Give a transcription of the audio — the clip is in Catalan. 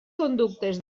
conductes